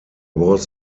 was